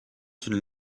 une